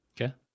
Okay